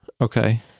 Okay